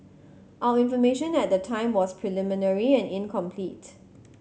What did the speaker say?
our information at the time was preliminary and incomplete